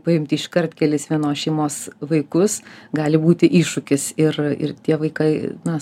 paimti iškart kelis vienos šeimos vaikus gali būti iššūkis ir ir tie vaikai na